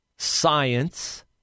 science